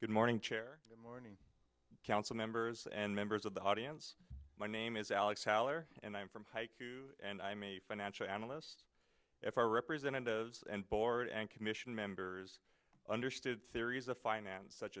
good morning chair good morning council members and members of the audience my name is alex holler and i'm from and i'm a financial analyst if our representatives and board and commission members understood theories of finance such